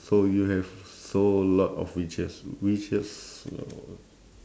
so you have so lot of wishes wishes